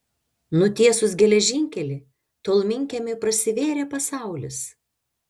nutiesus geležinkelį tolminkiemiui prasivėrė pasaulis